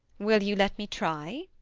will you let me try?